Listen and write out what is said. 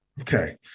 Okay